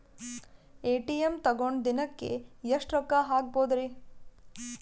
ATM ತಗೊಂಡ್ ದಿನಕ್ಕೆ ಎಷ್ಟ್ ರೊಕ್ಕ ಹಾಕ್ಬೊದ್ರಿ?